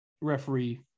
referee